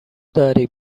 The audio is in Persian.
داری